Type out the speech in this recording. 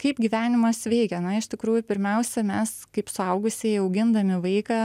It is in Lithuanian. kaip gyvenimas veikia na iš tikrųjų pirmiausia mes kaip suaugusieji augindami vaiką